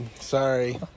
Sorry